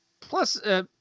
Plus